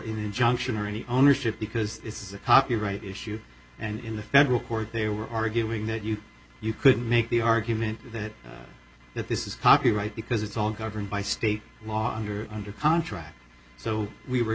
for injunction or any ownership because it's a copyright issue and in the federal court they were arguing that you you could make the argument that that this is copyright because it's all governed by state law under under contract so we were